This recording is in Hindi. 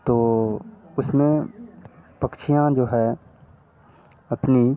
तो उसमें पक्षियाँ जो है अपनी